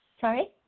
Sorry